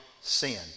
sin